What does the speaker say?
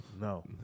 No